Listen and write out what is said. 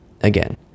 again